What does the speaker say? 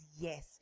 yes